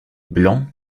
blanc